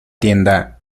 tienda